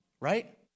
Right